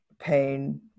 pain